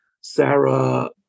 sarah